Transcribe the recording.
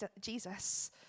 Jesus